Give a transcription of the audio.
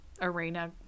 arena